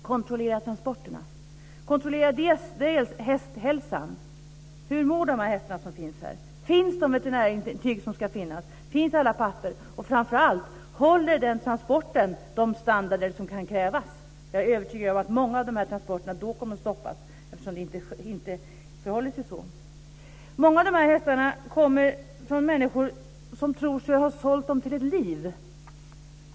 Kontrollera transporterna. Kontrollera hästhälsan. Hur mår de hästar som transporteras? Finns de veterinärintyg som ska finnas? Finns alla papper? Och framför allt, håller transporten de standarder som kan krävas? Jag är övertygad om att många av transporterna då kommer att stoppas, eftersom det inte förhåller sig så. Många av dessa hästar kommer från människor som tror sig ha sålt dem till ett liv.